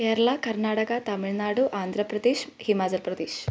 Kerala Karnataka Tamil Nadu Andhra Pradesh Himachal Pradesh